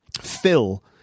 fill